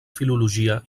filologia